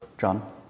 John